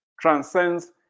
transcends